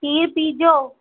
खीरु पीअ जो